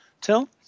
Till